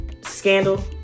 Scandal